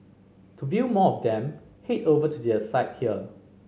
to view more of them head over to their site here